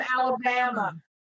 Alabama